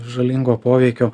žalingo poveikio